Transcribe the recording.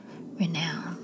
renowned